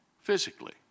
physically